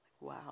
Wow